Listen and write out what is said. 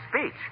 speech